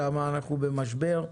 שם אנחנו במשבר,